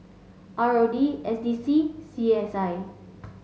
R O D S D C C S I